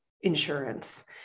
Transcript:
insurance